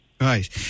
Right